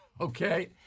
Okay